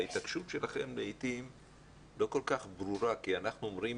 ההתעקשות שלכם לעתים לא כל כך ברורה כי אנחנו אומרים